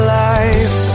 life